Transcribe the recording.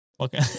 okay